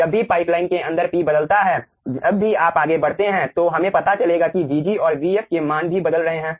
जब भी पाइपलाइन के अंदर p बदलता है जब भी आप आगे बढ़ते हैं तो हमें पता चलेगा कि vg और vf के मान भी बदल रहे हैं